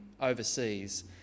overseas